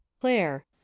claire